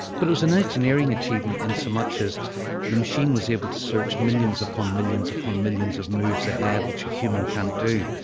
but it was an engineering achievement in as so much as the machine was able to search millions, upon millions, upon millions of moves ahead, which a human can't do.